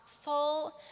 full